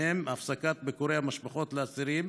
ובהם הפסקת ביקורי המשפחות לאסירים